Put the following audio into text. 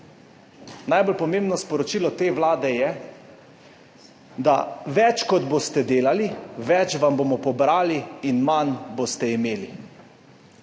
Najbolj pomembno sporočilo te vlade je, da »več kot boste delali, več vam bomo pobrali in manj boste imeli«.